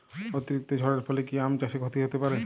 অতিরিক্ত ঝড়ের ফলে কি আম চাষে ক্ষতি হতে পারে?